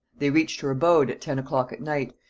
they reached her abode at ten o'clock at night,